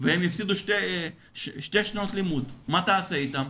והם הפסידו שתי שנות לימוד, מה תעשה איתם?